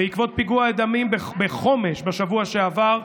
בעקבות פיגוע הדמים בחומש בשבוע שעבר,